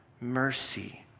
mercy